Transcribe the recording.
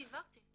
העברתי.